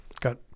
got